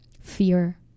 fear